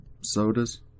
Sodas